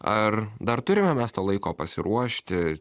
ar dar turime mes to laiko pasiruošti